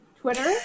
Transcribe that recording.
Twitter